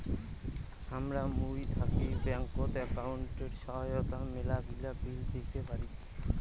হামরা মুই থাকি ব্যাঙ্কত একাউন্টের সহায়তায় মেলাগিলা বিল দিতে পারি